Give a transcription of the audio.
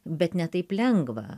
bet ne taip lengva